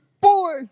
boy